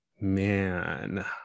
man